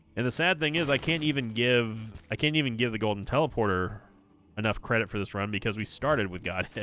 and the sad thing is i can't even give i can't even give the golden teleporter enough credit for this run because we started with god